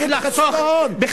מספיק, חבר הכנסת חסון.